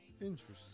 Interesting